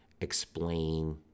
explain